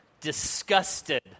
disgusted